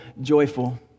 joyful